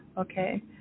okay